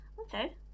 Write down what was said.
okay